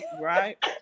Right